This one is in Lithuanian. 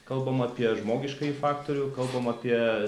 kalbam apie žmogiškąjį faktorių kalbam apie